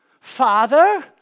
father